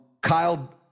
Kyle